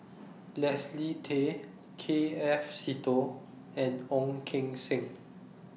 Leslie Tay K F Seetoh and Ong Keng Sen